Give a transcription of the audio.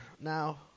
now